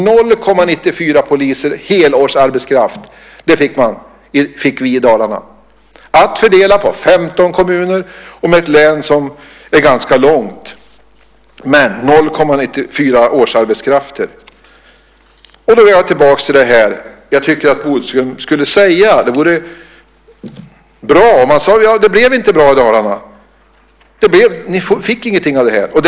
0,94 poliser, mätt i helårsarbetskraft, fick vi i Dalarna - att fördela på 15 kommuner i ett län som är ganska långt. 0,94 årsarbetskrafter! Jag tycker att Bodström gott kunde medge att det inte blev bra i Dalarna och att vi inte fick något av ökningen.